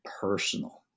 personal